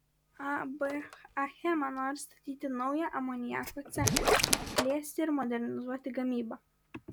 ab achema nori statyti naują amoniako cechą plėsti ir modernizuoti gamybą